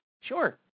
sure